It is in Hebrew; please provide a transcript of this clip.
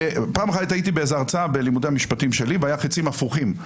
פעם בלימודי המשפטים הייתי בהרצאה והיו חיצים הפוכים.